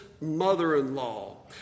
mother-in-law